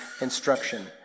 instruction